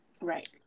Right